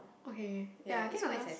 okay ya I think I lost